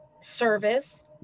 service